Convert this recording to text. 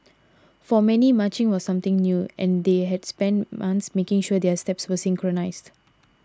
for many marching was something new and they had spent months making sure their steps were synchronised